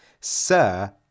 Sir